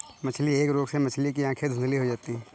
मछली के एक रोग से मछली की आंखें धुंधली हो जाती है